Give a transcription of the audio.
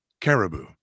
Caribou